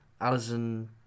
Alison